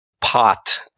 pot